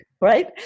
Right